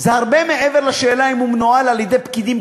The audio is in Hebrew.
זה הרבה מעבר לשאלה אם הוא מנוהל על-ידי פקידים,